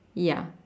ya